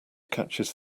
catches